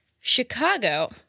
chicago